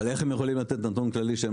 אבל איך הם יכולים לתת נתון כללי כשהם